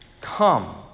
Come